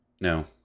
No